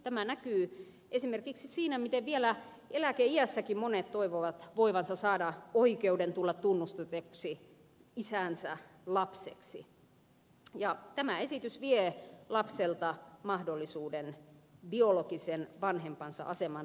tämä näkyy esimerkiksi siinä miten vielä eläkeiässäkin monet toivovat voivansa saada oikeuden tulla tunnustetuksi isänsä lapseksi ja tämä esitys vie lapselta mahdollisuuden biologisen vanhempansa aseman laillistamiseen